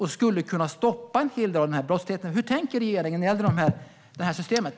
Vi skulle kunna stoppa en hel del av den här brottsligheten. Hur tänker regeringen när det gäller det här systemet?